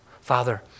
Father